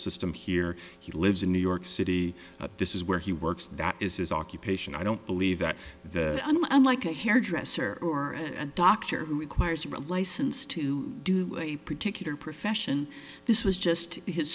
here he lives in new york city at this is where he works that is his occupation i don't believe that unlike a hairdresser or a doctor who requires a license to do a particular profession this was just his